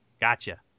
gotcha